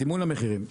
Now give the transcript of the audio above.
סימון המחירים.